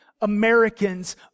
Americans